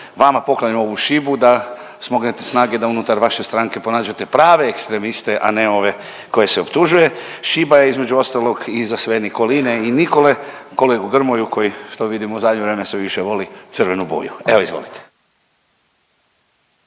Vama poklanjam ovu šibu da smognete snage da unutar vaše stranke pronađete prave ekstremiste, a ne ove koje se optužuje. Šiba je između ostalog i za sve Nikoline i Nikole, kolegu Grmoju koji što vidim u zadnje vrijeme sve više voli crvenu boju. Evo izvolite.